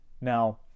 now